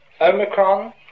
Omicron